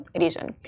region